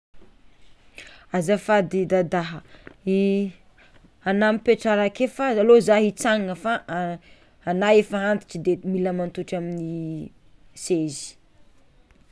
Azafady dadaha ana mipetrara ake fa alô zah hitsangana fa ana efa antitra de mila mantoetra amin'ny sezy.